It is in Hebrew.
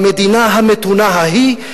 במדינה המתונה ההיא,